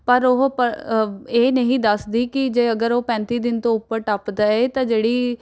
ਪਰ ਉਹ ਪ ਇਹ ਨਹੀਂ ਦੱਸਦੀ ਕਿ ਜੇ ਅਗਰ ਉਹ ਪੈਂਤੀ ਦਿਨ ਤੋਂ ਉੱਪਰ ਟੱਪਦਾ ਹੈ ਤਾਂ ਜਿਹੜੀ